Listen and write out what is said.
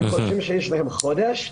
הם חושבים שיש להם חודש.